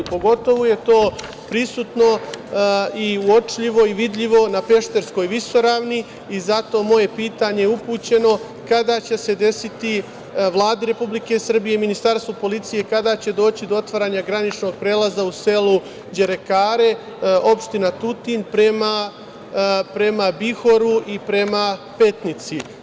Pogotovo je to prisutno i uočljivo i vidljivo na Pešterskoj visoravni i zato je moje pitanje upućeno Vladi Republike Srbije i Ministarstvu policije - kada će doći do otvaranja graničnog prelaza u selu Đerekare, opština Tutin, prema Bihoru i prema Petnici.